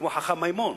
כמו חכם מימון,